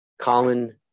Colin